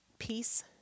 Peace